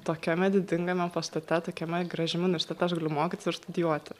tokiame didingame pastate tokiame gražiame universitete aš galiu mokytis ir studijuoti